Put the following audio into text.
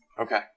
Okay